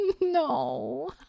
no